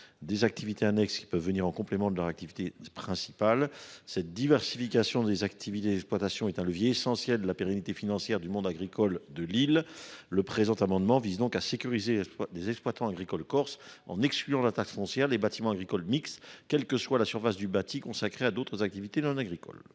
des activités annexes en complément de leur activité principale. Cette diversification, observée au sein des exploitations, est un levier essentiel de la pérennité financière du monde agricole de l’île. Cet amendement de M. Parigi vise donc à sécuriser les exploitants agricoles corses en exonérant de la taxe foncière les bâtiments agricoles à usage mixte, quelle que soit la surface du bâti consacrée à d’autres activités non agricoles.